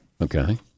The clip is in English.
Okay